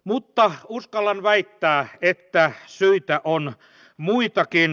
mutta uskallan väittää että syitä on muitakin